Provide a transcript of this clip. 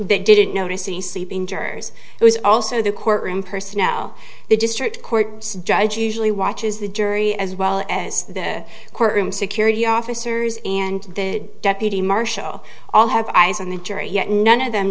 didn't notice the sleeping jurors it was also the courtroom personnel the district court judge usually watches the jury as well as the courtroom security officers and the deputy marshal all have eyes on the jury yet none of them